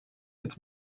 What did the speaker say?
its